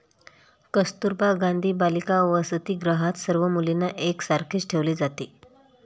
कस्तुरबा गांधी बालिका वसतिगृहात सर्व मुलींना एक सारखेच ठेवले जाते